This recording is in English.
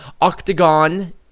Octagon